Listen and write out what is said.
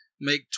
make